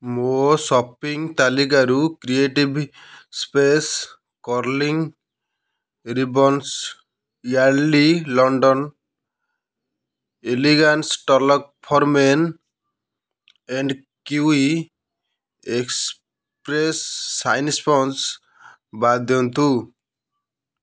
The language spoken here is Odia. ମୋ ସପିଂ ତାଲିକାରୁ creative space curling ribbons Yardley London elegance talc for men ଏବଂ କିୱି ଏକ୍ସ୍ପ୍ରେସ୍ ଶାଇନ୍ ସ୍ପଞ୍ଜ୍ ବାଦ୍ ଦିଅନ୍ତୁ